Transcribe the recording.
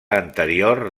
anterior